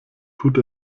tut